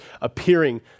appearing